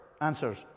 answers